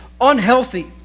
unhealthy